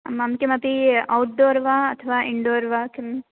आमां किमपि औट्डोर् वा अथवा इण्डोर् वा किम्